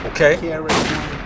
okay